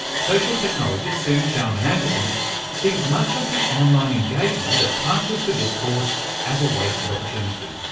social technologist suw charman-anderson sees much of the online engagement that passes for discourse as a wasted opportunity,